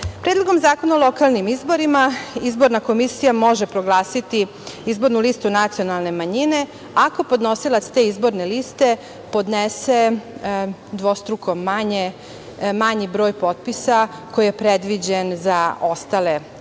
slaže. Predlogom zakona o lokalnim izborima izborna komisija može proglasiti izbornu listu nacionalne manjine ako podnosilac te izborne liste podnese dvostruko manji broj potpisa koji je predviđen za ostale stranke,